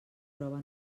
prova